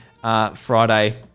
Friday